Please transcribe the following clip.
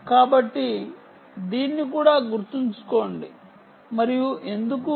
కాబట్టి దీన్ని కూడా గుర్తుంచుకోండి మరియు ఎందుకు